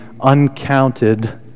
uncounted